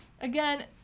again